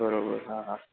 બરોબર હા